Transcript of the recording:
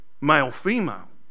male-female